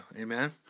Amen